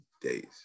days